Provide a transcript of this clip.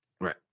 right